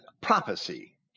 prophecy